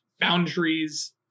boundaries